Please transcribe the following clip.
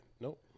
Nope